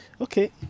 Okay